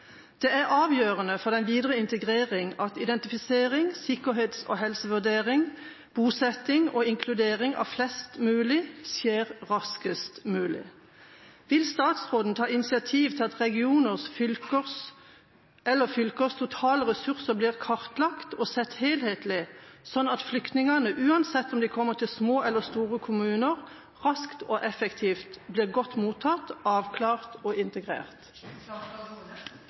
Det er avgjørende for den videre integrering at identifisering, sikkerhets- og helsevurdering, bosetting og inkludering av flest mulig skjer raskest mulig. Vil statsråden ta initiativ til at regioners/fylkers totale ressurser blir kartlagt og sett helhetlig, slik at flyktningene, uansett om de kommer til små eller store kommuner, raskt og effektivt blir godt mottatt, avklart og